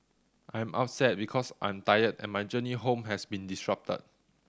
I'm upset because I'm tired and my journey home has been disrupted